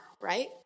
right